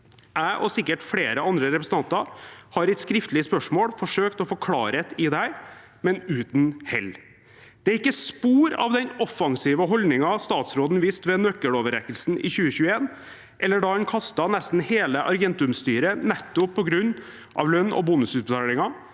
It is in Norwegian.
tilfredsstillende måte andre representanter, har i et skriftlig spørsmål forsøkt å få klarhet i dette, men uten hell. Det er ikke spor av den offensive holdningen statsråden viste ved nøkkeloverrekkelsen i 2021, eller da han kastet nesten hele Argentum-styret nettopp på grunn av lønns- og bonusutbetalinger,